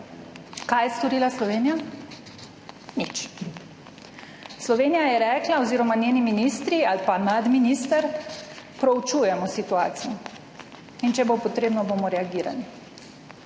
Kaj je storila Slovenija? Nič. Slovenija je rekla oziroma njeni ministri ali pa nadminister, proučujemo situacijo in če bo potrebno, bomo reagirali.